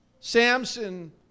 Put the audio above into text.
Samson